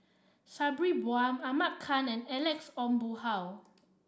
Sabri Buang Ahmad Khan and Alex Ong Boon Hau